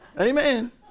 Amen